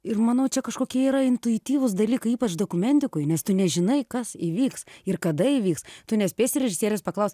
ir manau čia kažkokie yra intuityvūs dalykai ypač dokumentikoj nes tu nežinai kas įvyks ir kada įvyks tu nespėsi režisierės paklaust